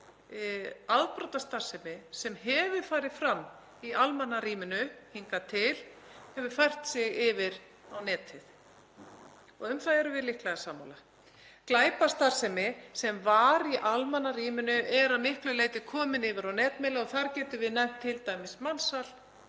afbrotastarfsemi sem hefur farið fram í almannarýminu hingað til hefur fært sig yfir á netið. Um það erum við líklega sammála. Glæpastarfsemi sem var í almenna rýminu er að miklu leyti komin yfir á netmiðla og þar getum við nefnt t.d. mansal,